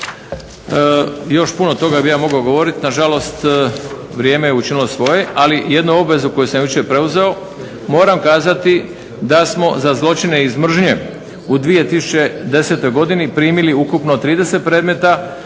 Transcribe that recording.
Još puno toga bih ja mogao govoriti, nažalost vrijeme je učinilo svoje. Ali jednu obvezu koju sam jučer preuzeo, moram kazati da smo za zločine iz mržnje u 2010. godini primili ukupno 30 predmeta,